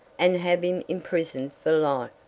and have him imprisoned for life.